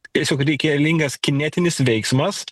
tiesiog reikialingas kinetinis veiksmas